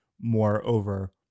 moreover